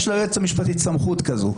יש ליועצת המשפטית סמכות כזו.